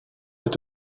est